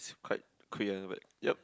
it's quite clear but yup